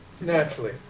Naturally